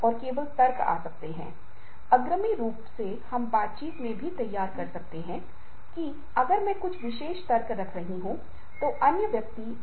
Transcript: और एक अवधारणा के रूप में नए परिवार उभर रहे हैं यह एक वैश्विक परिदृश्य है